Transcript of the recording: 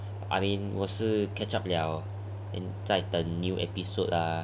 I mean 我是 catch up 了然后在等新的 episode ah